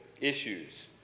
issues